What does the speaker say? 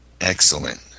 Excellent